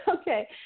Okay